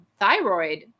thyroid